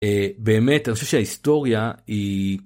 באמת, אני חושב שההיסטוריה היא...